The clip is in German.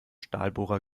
stahlbohrer